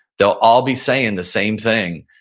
they'll all be saying the same thing.